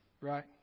right